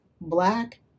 black